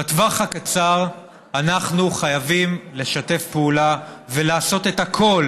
בטווח הקצר אנחנו חייבים לשתף פעולה ולעשות את הכול